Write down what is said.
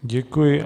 Děkuji.